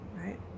right